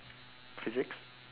physics